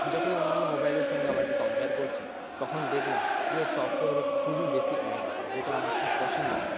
যখন অন্যান্য মোবাইলের সঙ্গে আমারা এটি কম্পেয়ার করছি তখন দেখলাম যে এর সফটওয়্যারে খুবই বেশী অ্যাড আছে যেটা আমার ঠিক পছন্দ হল না